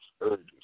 urges